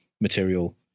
material